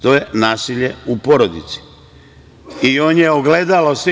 To je nasilje u porodici i on je ogledalo svih.